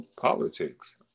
politics